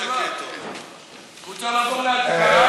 מוצע לעבור להצבעה,